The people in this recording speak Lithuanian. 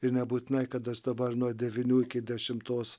ir nebūtinai kad aš dabar nuo devynių iki dešimtos